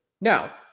Now